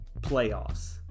playoffs